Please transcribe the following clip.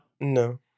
No